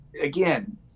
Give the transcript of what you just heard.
again